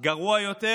גרוע יותר,